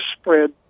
spread